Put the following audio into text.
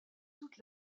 toute